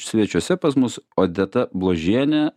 svečiuose pas mus odeta bložienė